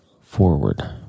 forward